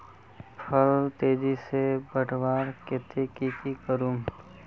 फल तेजी से बढ़वार केते की की करूम?